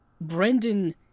Brendan